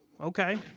okay